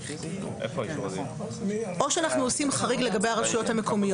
או שאנחנו עושים חריג לגבי הרשויות המקומיות.